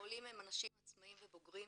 העולים הם אנשים עצמאיים ובוגרים.